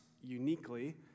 uniquely